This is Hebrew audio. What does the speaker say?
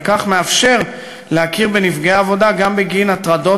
ובכך מאפשר להכיר בנפגעי עבודה גם בגין הטרדות